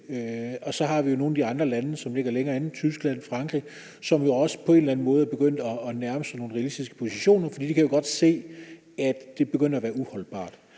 og så har vi nogle af de andre lande, der ligger længere inde, Tyskland, Frankrig, som også på en eller anden måde er begyndt at nærme sig nogle realistiske positioner, for de kan jo godt se, at situationen begynder at være uholdbar.